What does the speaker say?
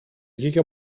βγήκε